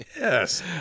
Yes